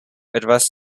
etwas